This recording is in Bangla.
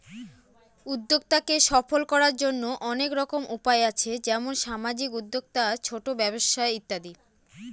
উদ্যক্তাকে সফল করার জন্য অনেক রকম উপায় আছে যেমন সামাজিক উদ্যোক্তা, ছোট ব্যবসা ইত্যাদি